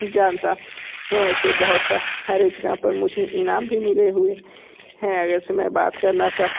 जानता हूँ ऐसे बहुत सा रे जगह पर मुझे इनाम भी मिले हुए हैं अगरचे में बात करना चाह